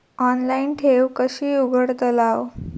Online ठेव कशी उघडतलाव?